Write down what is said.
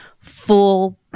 full